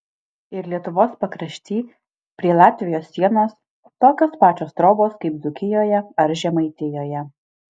ir lietuvos pakrašty prie latvijos sienos tokios pačios trobos kaip dzūkijoje ar žemaitijoje